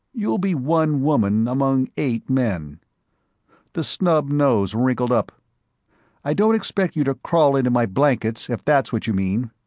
you'll be one woman among eight men the snubbed nose wrinkled up i don't expect you to crawl into my blankets, if that's what you mean.